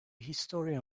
historian